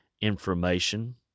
information